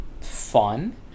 fun